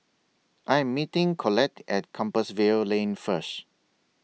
I Am meeting Collette At Compassvale Lane First